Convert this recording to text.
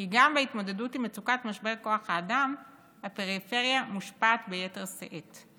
כי גם בהתמודדות עם מצוקת משבר כוח האדם הפריפריה מושפעת ביתר שאת.